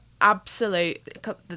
absolute